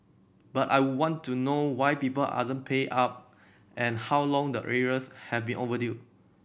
but I would want to know why people aren't paying up and how long the arrears have been overdue